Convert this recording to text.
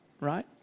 right